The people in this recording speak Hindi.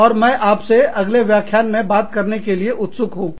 और मैं आपसे अगले व्याख्यान में बात करने के लिए उत्सुक हूँ